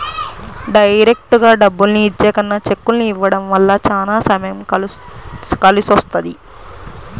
డైరెక్టుగా డబ్బుల్ని ఇచ్చే కన్నా చెక్కుల్ని ఇవ్వడం వల్ల చానా సమయం కలిసొస్తది